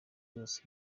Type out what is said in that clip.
rwose